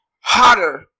hotter